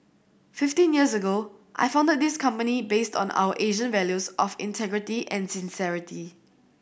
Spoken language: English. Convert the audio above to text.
fifteen years ago I founded this company based on our Asian values of integrity and sincerity